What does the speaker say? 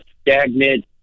stagnant